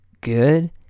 good